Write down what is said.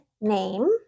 name